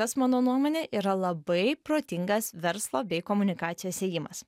kas mano nuomone yra labai protingas verslo bei komunikacijos ėjimas